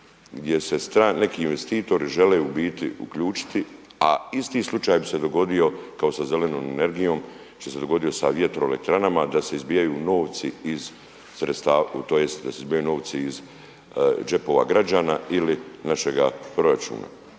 gdje se neki investitori žele uključiti, a isti slučaj bi se dogodio kao sa zelenom energijom što se dogodio sa vjetroelektranama da se izbijaju novci iz džepova građana ili našega proračuna.